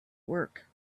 work